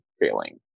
failing